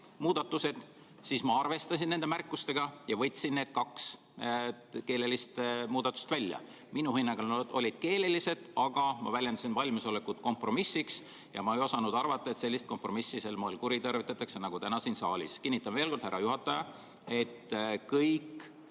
muudatused, siis ma arvestasin nende märkustega ja võtsin need kaks keelelist muudatust välja. Minu hinnangul need olid keelelised, aga ma väljendasin valmisolekut kompromissiks ja ma ei osanud arvata, et sellist kompromissi sel moel kuritarvitatakse nagu täna siin saalis. Kinnitan veel kord, härra juhataja, et kõik